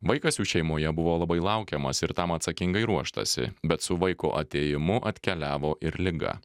vaikas jų šeimoje buvo labai laukiamas ir tam atsakingai ruoštasi bet su vaiko atėjimu atkeliavo ir liga